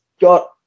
got